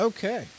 Okay